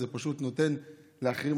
זה פשוט נותן לאחרים,